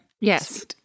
yes